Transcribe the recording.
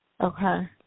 Okay